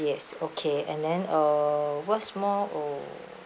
yes okay and then uh what's more oh